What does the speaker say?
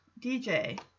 DJ